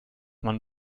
man